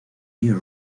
new